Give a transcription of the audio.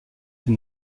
ses